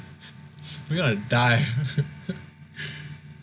we're gonna die